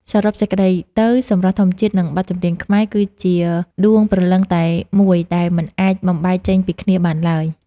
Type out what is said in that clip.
សរុបសេចក្ដីទៅ សម្រស់ធម្មជាតិ និងបទចម្រៀងខ្មែរ គឺជាដួងព្រលឹងតែមួយដែលមិនអាចបំបែកចេញពីគ្នាបានឡើយ។